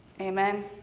amen